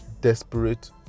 desperate